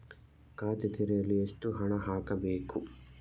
ಖಾತೆ ತೆರೆಯಲು ಎಷ್ಟು ಹಣ ಹಾಕಬೇಕು?